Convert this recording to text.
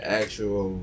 actual